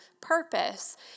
purpose